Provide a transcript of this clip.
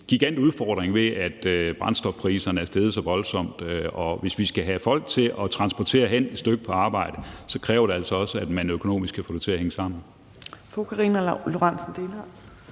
en gigantisk udfordring, ved at brændstofpriserne er steget så voldsomt, og hvis vi skal have folk til at transportere sig et stykke hen til arbejde, kræver det altså også, at man økonomisk kan få det til at hænge sammen. Kl. 15:46 Anden næstformand